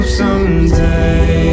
someday